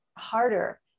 harder